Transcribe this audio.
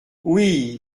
oui